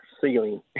ceiling